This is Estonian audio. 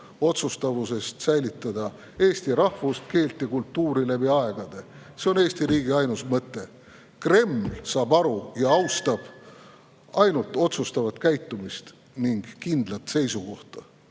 otsustavusest säilitada eesti rahvust, keelt ja kultuuri läbi aegade. See on Eesti riigi ainus mõte. Kreml saab aru ja austab ainult otsustavat käitumist ning kindlat seisukohta.